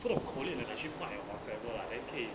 不懂 collate 拿去卖 whatsoever lah then 可以